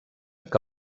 que